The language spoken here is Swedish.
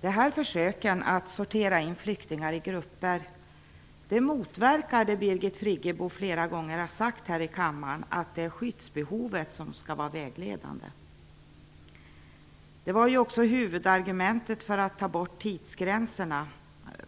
Dessa försök att sortera in flyktingar i grupper motverkar det Birgit Friggebo flera gånger sagt här i kammaren att det är skyddsbehovet som skall vara vägledande. Det var ju också huvudargumentet för att ta bort tidsgränserna